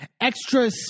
extra